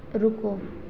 रुको